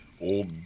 Old